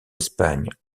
espagne